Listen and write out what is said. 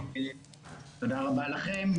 תודה רבה לכם.